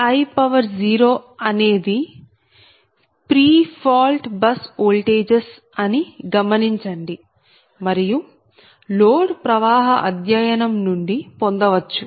Vi0 అనేవి pre fault bus voltages అని గమనించండి మరియు లోడ్ ప్రవాహ అధ్యయనం నుండి పొందవచ్చు